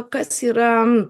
kas yra